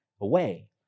away